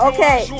Okay